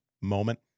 moment